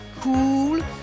cool